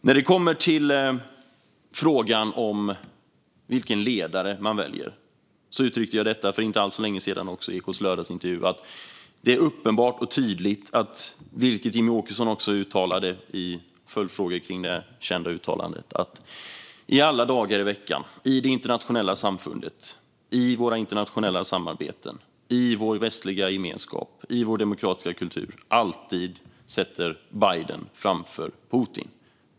När det kommer till frågan om vilken ledare man väljer uttryckte jag för inte alls länge sedan i Ekots lördagsintervju att det är uppenbart och tydligt, vilket Jimmie Åkesson också uttalade i följdfrågor kring det kända uttalandet, att vi alla dagar i veckan, i det internationella samfundet, i våra internationella samarbeten, i vår västliga gemenskap och i vår demokratiska kultur alltid sätter Biden framför Putin.